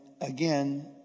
again